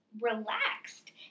relaxed